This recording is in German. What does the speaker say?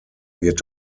wird